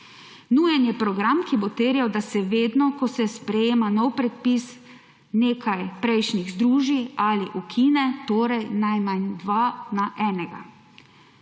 Nujen je program, ki bo terjal, da se vedno, ko se sprejema nov predpis, nekaj prejšnjih združi ali ukine, torej najmanj dva na enega«.